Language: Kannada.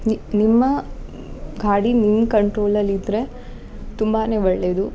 ನಿ ನಿಮ್ಮ ಗಾಡಿ ನಿಮ್ಮ ಕಂಟ್ರೋಲಲ್ಲಿ ಇದ್ದರೆ ತುಂಬ ಒಳ್ಳೆಯದು